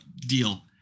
deal